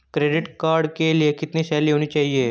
Credit card के लिए कितनी सैलरी होनी चाहिए?